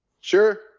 Sure